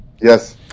Yes